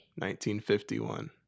1951